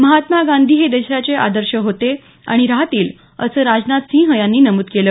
महात्मा गांधी हे देशाचे आदर्श होते आणि राहतील असं राजनाथसिंह यांनी नमूद केलं